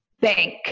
bank